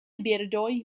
birdoj